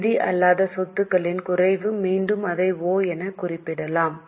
நிதி அல்லாத சொத்துக்களின் குறைவு மீண்டும் அதை ஒ எனக் குறிப்பிடுவோம்